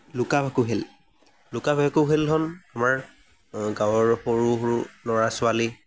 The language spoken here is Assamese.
লুকা ভাকু খেল লুকা ভাকু খেলখন আমাৰ গাঁৱৰ সৰু সৰু ল'ৰা ছোৱালী